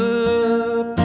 up